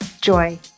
joy